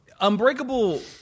Unbreakable